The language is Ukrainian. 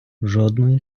жодної